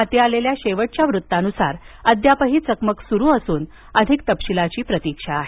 हाती आलेल्या शेवटच्या वृत्तानुसार अद्यापही चकमक सुरू असून अधिक तपशिलाची प्रतीक्षा आहे